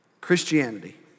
Christianity